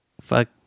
fuck